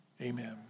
Amen